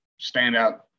standout